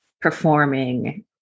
performing